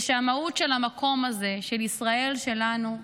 ושהמהות של המקום הזה, של ישראל שלנו,